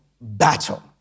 battle